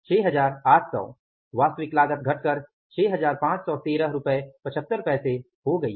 6800 वास्तविक लागत घटकर 651375 हो गई